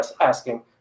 asking